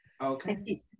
Okay